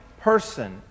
person